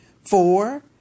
Four